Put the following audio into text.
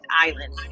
Island